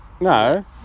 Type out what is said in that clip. No